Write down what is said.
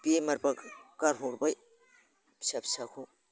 बेमारबा गारहरबाय फिसा फिसाखौ